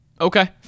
Okay